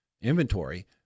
inventory